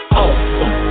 awesome